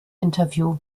interview